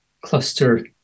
cluster